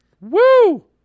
Woo